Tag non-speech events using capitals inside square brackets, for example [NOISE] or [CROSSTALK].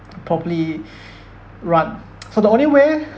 properly [BREATH] run [NOISE] so the only way [BREATH]